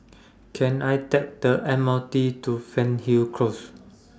Can I Take The M R T to Fernhill Close